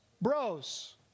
bros